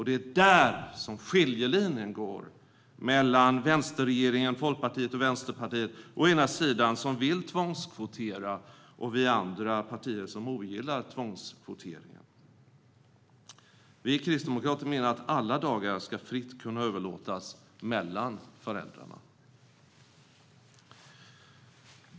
Det är där som skiljelinjen går mellan vänsterregeringen, Folkpartiet och Vänsterpartiet å ena sidan som vill tvångskvotera och vi andra partier som ogillar tvångskvoteringen. Vi kristdemokrater menar att alla dagar fritt ska kunna överlåtas mellan föräldrarna.